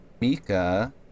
Mika